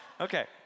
Okay